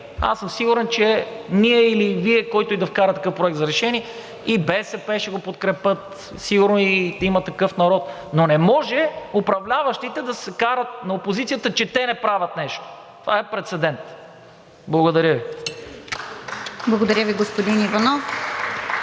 аз съм сигурен, че ние, или Вие – който и да вкара такъв проект за решение, и БСП ще го подкрепят, сигурно и „Има такъв народ“, но не може управляващите да се карат на опозицията, че те не правят нещо. Това е прецедент. Благодаря Ви. (Ръкопляскания от